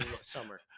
summer